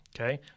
okay